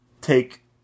take